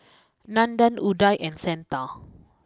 Nandan Udai and Santha